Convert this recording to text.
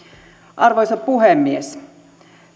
arvoisa puhemies